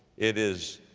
it is,